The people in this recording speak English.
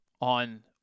on